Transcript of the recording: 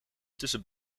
tussen